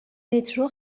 مترو